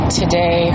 today